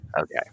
Okay